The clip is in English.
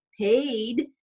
paid